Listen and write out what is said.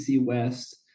West